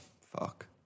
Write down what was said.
Fuck